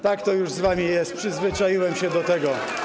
Tak to już z wami jest, przyzwyczaiłem się do tego.